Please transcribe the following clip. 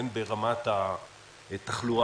הן ברמת התחלואה,